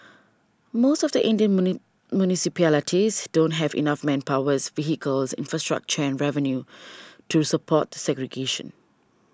most of the Indian municipalities don't have enough manpowers vehicles infrastructure and revenue to support segregation